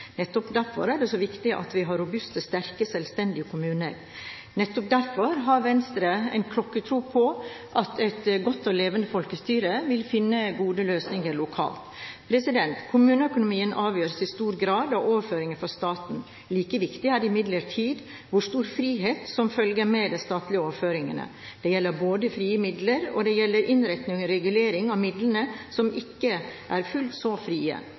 Nettopp derfor er det så viktig at vi har robuste, sterke og selvstendige kommuner. Nettopp derfor har Venstre en klokkertro på at et godt og levende folkestyre vil finne gode løsninger lokalt. Kommuneøkonomien avgjøres i stor grad av overføringer fra staten. Like viktig er imidlertid hvor stor frihet det følger med de statlige overføringene. Det gjelder frie midler, og det gjelder innretningen og reguleringen av midlene som ikke er fullt så frie.